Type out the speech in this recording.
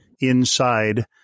inside